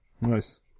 Nice